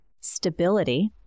stability